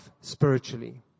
spiritually